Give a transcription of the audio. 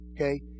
Okay